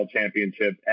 Championship